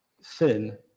Sin